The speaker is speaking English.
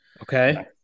Okay